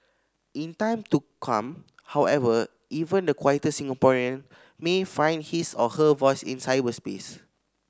in time to come however even the quieter Singaporean may find his or her voice in cyberspace